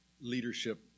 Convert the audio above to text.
leadership